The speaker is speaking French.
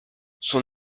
son